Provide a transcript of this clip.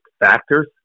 factors